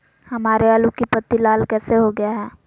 हमारे आलू की पत्ती लाल कैसे हो गया है?